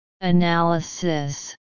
Analysis